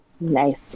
Nice